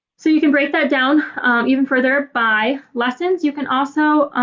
so you can break that down even further by lessons. you can also